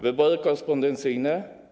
Wybory korespondencyjne?